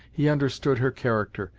he understood her character,